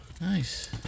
Nice